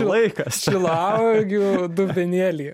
laikas šilauogių dubenėlį